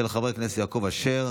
של חבר הכנסת יעקב אשר.